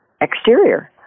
exterior